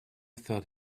thought